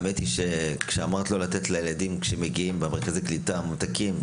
האמת שכשאמרת לא לתת לילדים שמגיעים למרכזי קליטה ממתקים,